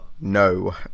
No